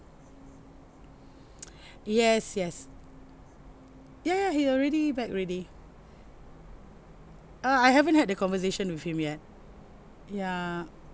yes yes ya ya he already back already uh I haven't had the conversation with him yet yeah